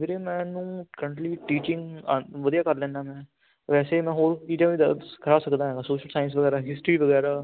ਵੀਰੇ ਮੈਨੂੰ currently teaching ਆਂ ਵਧੀਆ ਕਰ ਲੈਂਦਾ ਮੈਂ ਵੈਸੇ ਮੈਂ ਹੋਰ ਚੀਜ਼ਾਂ ਵੀ ਦੱਸ ਸਿਖਾ ਸਕਦਾ ਹੈਗਾ ਸੋਸ਼ਲ ਸਾਇੰਸ ਵਗੈਰਾ ਹਿਸਟਰੀ ਵਗੈਰਾ